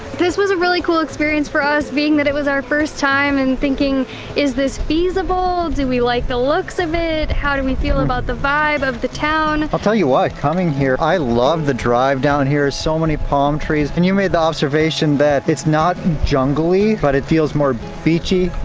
this was a really cool experience for us being that it was our first time and thinking is this feasible? do we like the looks of it? how do we feel about the vibe of the town? i'll tell you what, coming here, i love the drive down here. so many palm trees and you made the observation that it's not jungly but it feels more beachy.